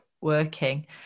working